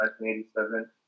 1987